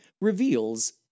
reveals